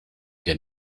que